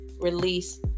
release